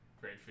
great